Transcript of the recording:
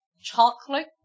chocolate